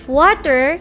water